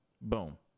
boom